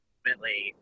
Ultimately